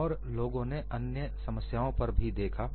और लोगों ने अन्य समस्याओं पर भी देखा